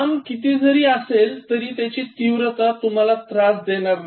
काम किती जरी असेल तर त्याची तीव्रता तुम्हाला त्रास देणार नाही